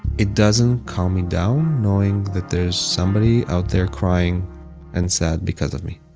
it doesn't calm me down knowing that there's somebody out there crying and sad because of me.